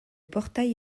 portail